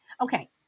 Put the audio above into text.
okay